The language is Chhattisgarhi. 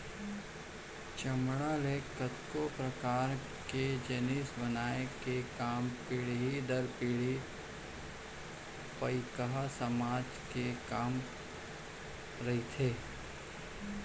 चमड़ा ले कतको परकार के जिनिस बनाए के काम पीढ़ी दर पीढ़ी पईकहा समाज के काम रहिथे